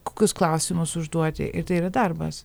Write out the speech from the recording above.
kokius klausimus užduoti ir tai yra darbas